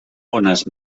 ones